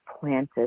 planted